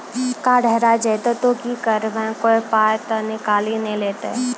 Card हेरा जइतै तऽ की करवै, कोय पाय तऽ निकालि नै लेतै?